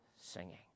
singing